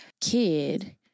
kid